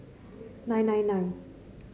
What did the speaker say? nine nine nine